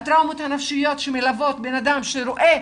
הטראומות הנפשיות שמלוות אדם שרואה